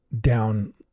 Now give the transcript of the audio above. down